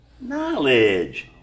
Knowledge